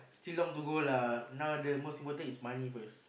still long to go lah now the most important is money first